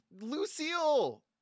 lucille